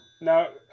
No